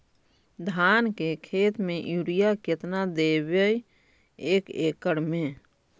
धान के खेत में युरिया केतना देबै एक एकड़ में?